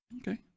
Okay